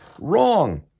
wrong